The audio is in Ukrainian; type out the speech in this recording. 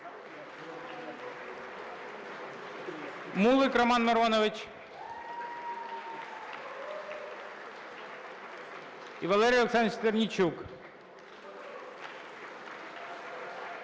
Мулик Роман Миронович і Валерій Олександрович Стернійчук.